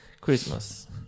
Christmas